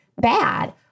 bad